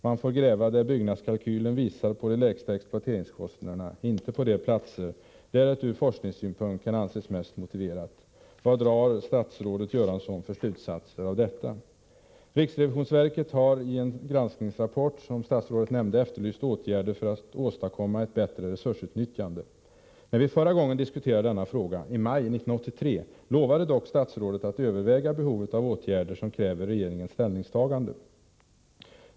Man får gräva där byggnadskalkylen visar på de lägsta exploateringskostnaderna, inte på de platser där utgrävningen ur forskningssynpunkt kan anses mest motiverad. Vad drar statsrådet Göransson för slutsatser av detta? Riksrevisionsverket har i den granskningsrapport som statsrådet nämnde efterlyst åtgärder för att åstadkomma ett bättre resursutnyttjande. När vi förra gången diskuterade denna fråga, i maj 1983, lovade statsrådet att överväga om det förelåg behov av åtgärder som krävde regeringens ställningstagande.